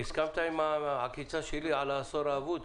הסכמת עם העקיצה שלי על האזור האבוד?